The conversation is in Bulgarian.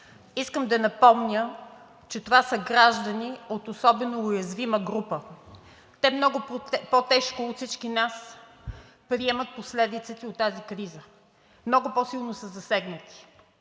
Искам да напомня, че това са граждани от особено уязвима група. Те много по-тежко от всички нас приемат последиците от тази криза, много по-силно са засегнати.